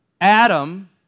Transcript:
Adam